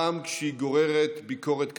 גם כשהיא גוררת ביקורת קטלנית.